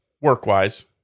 work-wise